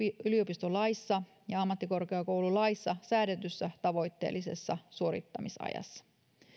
yliopistolaissa ja ammattikorkeakoululaissa säädetyssä tavoitteellisessa suorittamisajassa